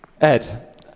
Ed